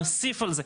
אוסיף על זה.